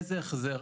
איזה החזר,